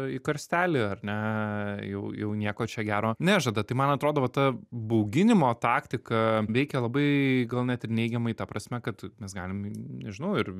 į karstelį ar ne jau jau nieko čia gero nežada tai man atrodo va ta bauginimo taktika veikia labai gal net ir neigiamai ta prasme kad mes galim nežinau ir